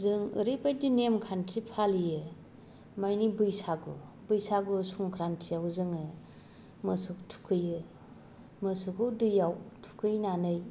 जों ओरैबायदि नेमखान्थि फालियो माने बैसागु बैसागु संख्रान्थिआव जोङो मोसौ थुखैयो मोसौखौ दैआव थुखैनानै